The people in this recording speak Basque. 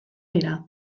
dira